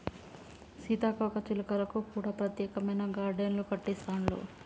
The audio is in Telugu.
సీతాకోక చిలుకలకు కూడా ప్రత్యేకమైన గార్డెన్లు కట్టిస్తాండ్లు